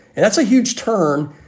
and that's a huge turn.